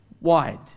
wide